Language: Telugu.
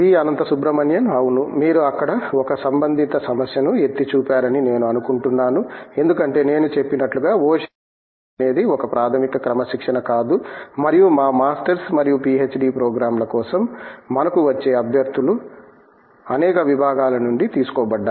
అనంత సుబ్రమణియన్ అవును మీరు అక్కడ ఒక సంబంధిత సమస్యను ఎత్తి చూపారని నేను అనుకుంటున్నాను ఎందుకంటే నేను చెప్పినట్లుగా ఓషన్ ఇంజనీరింగ్ అనేది ఒక ప్రాథమిక క్రమశిక్షణ కాదు మరియు మా మాస్టర్స్ మరియు పిహెచ్డి ప్రోగ్రామ్ల కోసం మనకు వచ్చే అభ్యర్థులు అనేక విభాగాల నుండి తీసుకోబడ్డారు